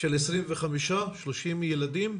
של 30-25 ילדים?